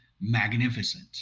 magnificent